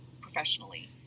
professionally